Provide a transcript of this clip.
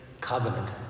covenant